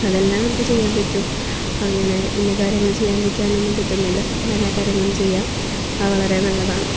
അതെല്ലാം നമുക്ക് ചെയ്യാൻ പറ്റും അങ്ങനെ ഇന്ന കാര്യങ്ങൾ ചെയ്യണ്ടിരിക്കാനൊന്നും പറ്റുന്നില്ല നമ്മളെല്ലാ കാര്യങ്ങളും ചെയ്യാം ആ വളരെ നല്ലതാണ്